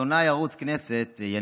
נתן את החינוך,